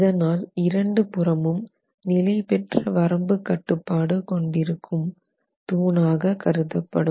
இதனால் இரண்டு புறமும் நிலை பெற்ற வரம்பு கட்டுப்பாடு கொண்டிருக்கும் தூணாக கருதப்படும்